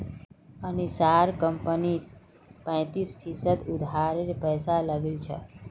अनीशार कंपनीत पैंतीस फीसद उधारेर पैसा लागिल छ